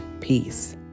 Peace